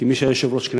כמי שהיה יושב-ראש הכנסת.